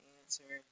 answer